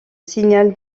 signal